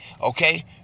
Okay